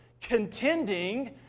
...contending